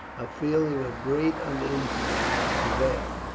a feeling of great uneasiness prevailed.